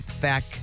back